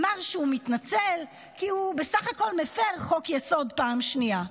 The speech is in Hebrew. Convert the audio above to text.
ואמר שהוא מתנצל כי הוא בסך הכול מפר חוק-יסוד פעם שנייה,